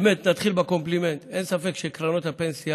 באמת, נתחיל בקומפלימנט: אין ספק שקרנות הפנסיה